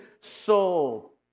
soul